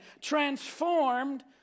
Transformed